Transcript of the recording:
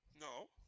No